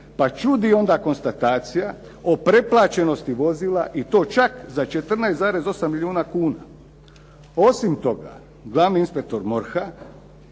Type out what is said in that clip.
pa čudi onda konstatacija o preplaćenosti vozila i to čak za 14,8 milijuna kuna. Osim toga, glavni inspektor MORH-a,